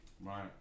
Right